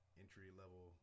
entry-level